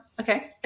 Okay